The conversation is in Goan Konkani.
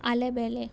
आलें बेलें